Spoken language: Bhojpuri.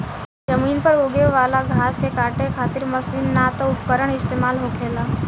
जमीन पर यूगे वाला घास के काटे खातिर मशीन ना त उपकरण इस्तेमाल होखेला